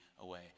away